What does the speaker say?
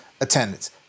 attendance